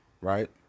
right